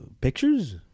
pictures